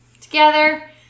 together